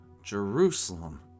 Jerusalem